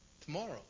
tomorrow